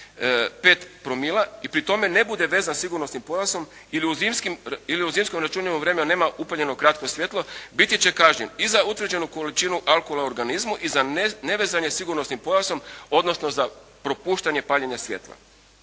0,5 promila i pri tome ne bude vezan sigurnosnim pojasom ili u zimskom računanju vremenu nema upaljeno kratko svjetlo biti će kažnjen i za utvrđenu količinu alkohola u organizmu i za ne vezanje sigurnosnim pojasom, odnosno za propuštanje paljenja svjetla.